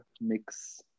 mix